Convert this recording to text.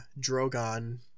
drogon